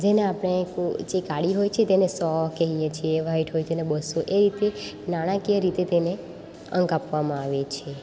જેને આપણે જે કાળી હોય છે તેને સો કહીએ છીએ વાઇટ હોય તેને બસો એ રીતે નાણાકીય રીતે તેને અંક આપવામાં આવે છે